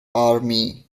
army